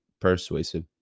persuasive